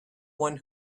one